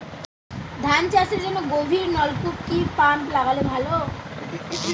ধান চাষের জন্য গভিরনলকুপ কি পাম্প লাগালে ভালো?